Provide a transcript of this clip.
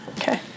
Okay